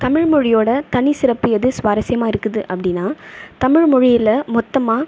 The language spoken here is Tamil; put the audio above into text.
தமிழ் மொழியோடய தனிச்சிறப்பு எது சுவாரஸ்யமாக இருக்குது அப்படினால் தமிழ் மொழியில் மொத்தமாக